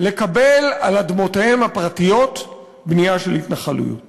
לקבל בנייה של התנחלויות